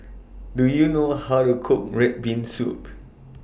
Do YOU know How to Cook Red Bean Soup